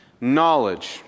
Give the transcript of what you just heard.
Knowledge